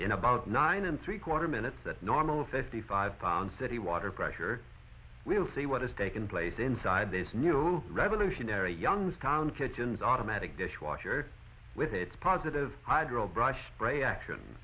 in about nine and three quarter minutes at normal a fifty five pound city water pressure we'll see what has taken place inside this new revolutionary youngstown kitchens automatic dishwasher with its positive hydro brush